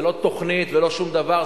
זה לא תוכנית ולא שום דבר,